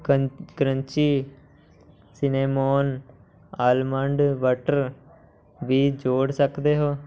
ਕੰ crunchy cinnamon almond butter ਵੀ ਜੋੜ ਸਕਦੇ ਹੋ